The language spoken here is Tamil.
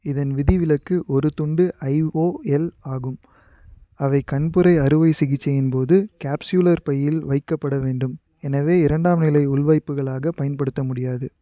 இதன் விதிவிலக்கு ஒரு துண்டு ஐஓஎல் ஆகும் அவை கண்புரை அறுவை சிகிச்சையின் போது கேப்ஸ்யூலர் பையில் வைக்கப்பட வேண்டும் எனவே இரண்டாம் நிலை உள்வைப்புகளாக பயன்படுத்த முடியாது